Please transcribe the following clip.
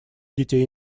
детей